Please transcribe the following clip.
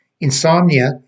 insomnia